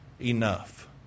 enough